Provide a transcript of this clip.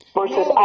versus